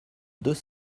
deux